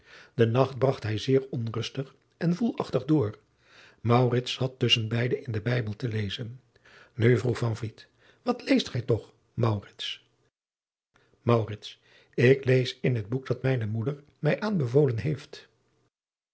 den nacht bragt hij zeer ongerust en woelachtig door maurits zat tusschen beiden in den bijbel te lezen nu vroeg van vliet wat leest gij toch maurits maurits ik lees in het boek dat mijne moeder mij aanbevolen heest